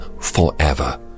forever